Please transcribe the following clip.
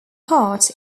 heart